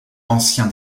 ancien